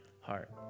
heart